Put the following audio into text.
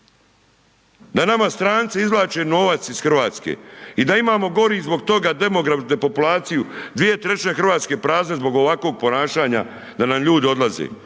Da nama stranci izvlače novac iz Hrvatske i da imamo gori zbog toga depopulaciju 2/3 Hrvatske prazne zbog ovakvog ponašanja da nam ljudi odlaze